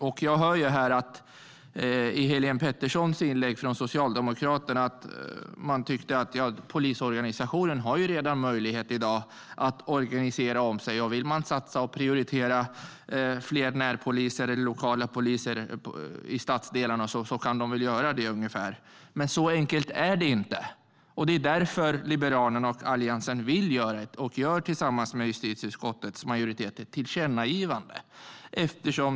I inlägget från Helene Petersson från Socialdemokraterna hörde jag att de tycker att polisorganisationen har möjlighet att omorganisera sig redan i dag och att om man vill satsa på och prioritera fler närpoliser eller lokala poliser i stadsdelarna så kan man väl göra det, ungefär. Men så enkelt är det inte. Därför gör Liberalerna och Alliansen, tillsammans med justitieutskottets majoritet, ett tillkännagivande.